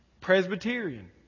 Presbyterian